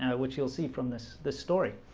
which you'll see from this this story